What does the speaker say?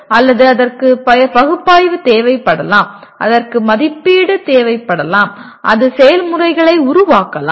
அல்லது அதற்கு பகுப்பாய்வு தேவைப்படலாம் அதற்கு மதிப்பீடு தேவைப்படலாம் அது செயல்முறைகளை உருவாக்கலாம்